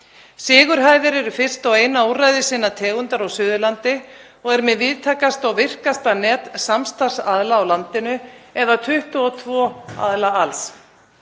Sigurhæðir eru fyrsta og eina úrræði sinnar tegundar á Suðurlandi og er með víðtækasta og virkasta net samstarfsaðila á landinu eða 22 aðila alls.